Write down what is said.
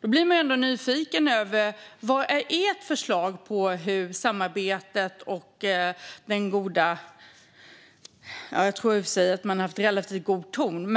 Jag blir lite nyfiken på vad som är ert förslag på hur samarbetet som sådant ska återupprättas - jag tror i och för sig att man har haft en relativt god ton -